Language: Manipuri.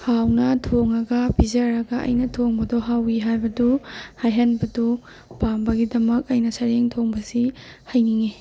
ꯍꯥꯎꯅ ꯊꯣꯡꯉꯒ ꯄꯤꯖꯔꯒ ꯑꯩꯅ ꯊꯣꯡꯕꯗꯨ ꯍꯥꯎꯋꯤ ꯍꯥꯏꯕꯗꯨ ꯍꯥꯏꯍꯟꯕꯗꯨ ꯄꯥꯝꯕꯒꯤꯗꯃꯛ ꯑꯩꯅ ꯁꯔꯦꯡ ꯊꯣꯡꯕꯁꯤ ꯍꯩꯅꯤꯡꯉꯤ